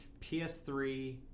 PS3